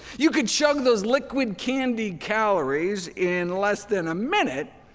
you could chug those liquid candy calories in less than a minute,